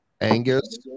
Angus